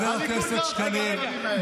הליכוד לא עושה את הדברים האלה.